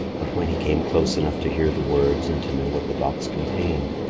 but when he came close enough to hear the words and to know what the box contained,